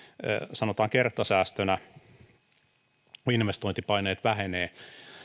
sanotaan kertasäästönä kun investointipaineet vähenevät